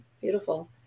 beautiful